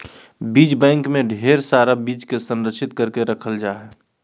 बीज बैंक मे ढेर सारा बीज के संरक्षित करके रखल जा हय